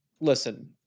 Listen